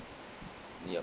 yup